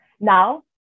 Now